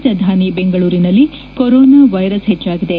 ರಾಜಧಾನಿ ಬೆಂಗಳೂರಿನಲ್ಲಿ corona virus ಹೆಚ್ಚಾಗಿದೆ